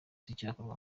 n’icyakorwa